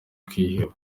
kwiheba